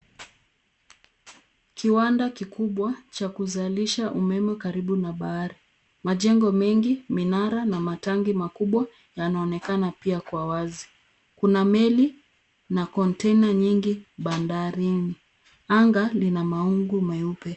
Kiwanda kikubwa, cha kuzalisha umeme karibu na bahari. Majengo mengi, minara na matangi makubwa yanaonekana pia kwa wazi. Kuna meli na konteina nyingi bandarini. Anga lina mawingu meupe.